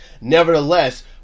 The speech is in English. Nevertheless